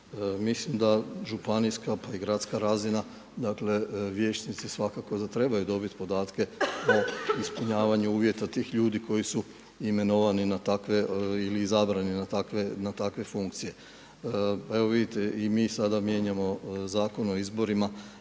Mislim da županijska, pa i gradska razina, dakle vijećnici svakako da trebaju dobit podatke o ispunjavanju uvjeta tih ljudi koji su imenovani na takve ili izabrani na takve funkcije. Pa evo vidite i mi sada mijenjamo Zakon o izborima